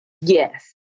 Yes